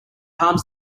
harms